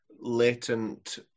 latent